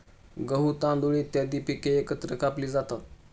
गहू, तांदूळ इत्यादी पिके एकत्र कापली जातात